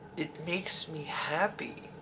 it makes me happy.